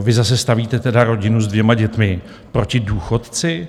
Vy zase stavíte tedy rodinu s dvěma dětmi proti důchodci.